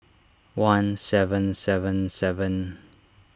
one seven seven seven